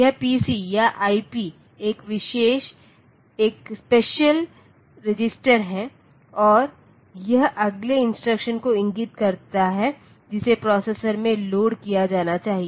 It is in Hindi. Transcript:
यह पीसी या आईपी एक स्पेशल रजिस्टर है और यह अगले इंस्ट्रक्शन को इंगित करता है जिसे प्रोसेसर में लोड किया जाना चाहिए